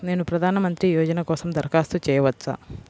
నేను ప్రధాన మంత్రి యోజన కోసం దరఖాస్తు చేయవచ్చా?